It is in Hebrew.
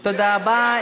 תודה רבה.